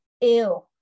ew